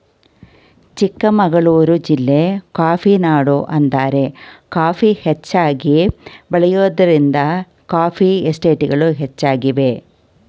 ಚಿಕ್ಕಮಗಳೂರು ಜಿಲ್ಲೆ ಕಾಫಿನಾಡು ಅಂತಾರೆ ಕಾಫಿ ಹೆಚ್ಚಾಗಿ ಬೆಳೆಯೋದ್ರಿಂದ ಕಾಫಿ ಎಸ್ಟೇಟ್ಗಳು ಹೆಚ್ಚಾಗಿವೆ